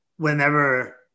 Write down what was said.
whenever